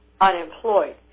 unemployed